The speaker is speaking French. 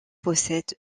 possède